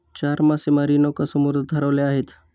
चार मासेमारी नौका समुद्रात हरवल्या आहेत